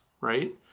right